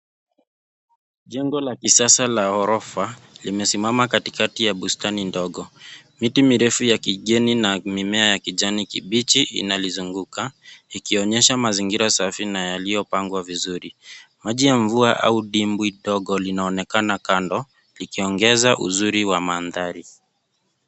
Jengo la kisasa la orofa limesimama katikati ya bustani ndogo. Miti mirefu ya kijani na mimea ya kijani kibichi inalizunguka ikionyesha mazingira safi na yaliyopangwa vizuri. Maji ya mvua au dimbwi ndogo linaonekana kando likiongeza uzuri wa mandhari.